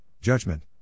judgment